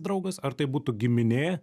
draugas ar tai būtų giminė